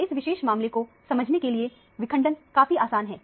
तो इस विशेष मामले को समझने के लिए विखंडन काफी आसान है